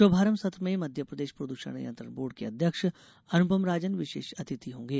श्भारंभ सत्र में मध्यप्रदेश प्रदूषण नियंत्रण बोर्ड के अध्यक्ष अनुपम राजन विशेष अतिथि होंगे